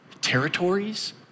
territories